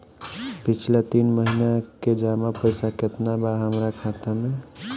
पिछला तीन महीना के जमा पैसा केतना बा हमरा खाता मे?